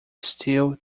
steel